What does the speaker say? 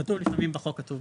כתוב לפעמים בחוק כתוב